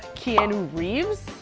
keanu reeves,